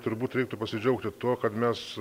turbūt reiktų pasidžiaugti tuo kad mes